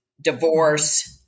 divorce